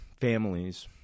families